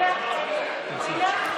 (חברת הכנסת מירב בן ארי יוצאת מאולם המליאה.)